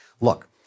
Look